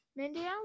Mindy